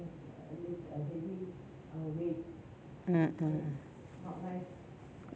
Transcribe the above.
mm mm